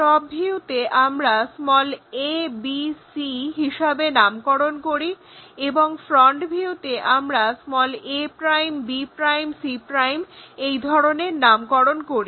top ভিউতে আমরা a b c হিসাবে নামকরণ করি এবং ফ্রন্ট ভিউতে আমরা a b c এই ধরনের নামকরণ করি